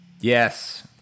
Yes